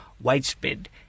widespread